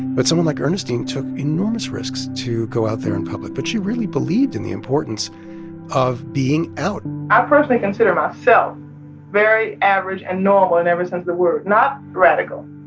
but someone like ernestine took enormous risks to go out there in public. but she really believed in the importance of being out i personally consider myself very average and normal in every sense of the word, not radical.